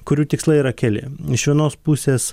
kurių tikslai yra keli iš vienos pusės